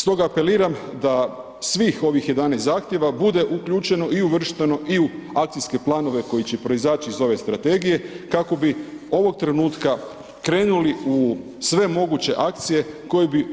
Stoga apeliram da svih ovih 11 zahtjeva bude uključeno i uvršteno i u akcijske planove koji će proizaći iz ove strategije kako bi ovog trenutka krenuli u sve moguće akcije koji bi